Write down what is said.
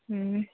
ಹ್ಞೂ